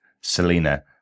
Selena